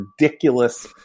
ridiculous